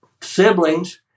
siblings